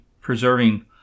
preserving